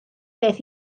beth